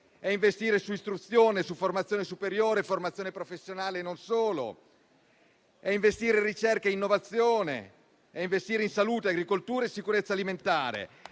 è investire su istruzione, formazione superiore e formazione professionale; è investire in ricerca e innovazione; è investire in salute, agricoltura e sicurezza alimentare